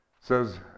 says